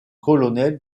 colonel